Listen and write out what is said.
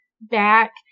back